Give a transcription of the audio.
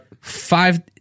five